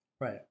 Right